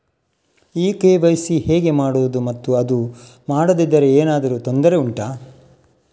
ಈ ಕೆ.ವೈ.ಸಿ ಹೇಗೆ ಮಾಡುವುದು ಮತ್ತು ಅದು ಮಾಡದಿದ್ದರೆ ಏನಾದರೂ ತೊಂದರೆ ಉಂಟಾ